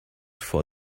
for